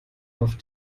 auf